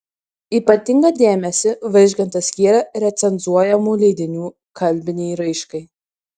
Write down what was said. ypatingą dėmesį vaižgantas skyrė recenzuojamų leidinių kalbinei raiškai